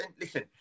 Listen